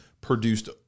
produced